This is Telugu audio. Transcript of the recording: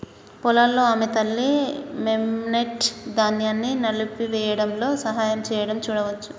పొలాల్లో ఆమె తల్లి, మెమ్నెట్, ధాన్యాన్ని నలిపివేయడంలో సహాయం చేయడం చూడవచ్చు